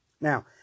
Now